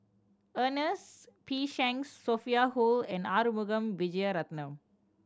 Ernest P Shanks Sophia Hull and Arumugam Vijiaratnam